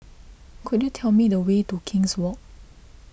could you tell me the way to King's Walk